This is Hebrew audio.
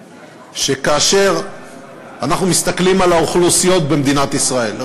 שכאשר אנחנו מסתכלים על האוכלוסיות במדינת ישראל,